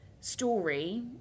story